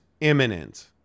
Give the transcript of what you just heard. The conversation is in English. imminent